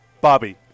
Bobby